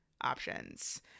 options